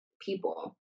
people